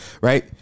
right